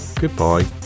goodbye